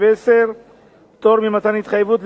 (פטור ממתן התחייבות),